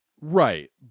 Right